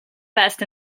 best